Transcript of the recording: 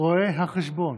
רואה החשבון